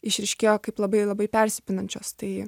išryškėjo kaip labai labai persipinančios tai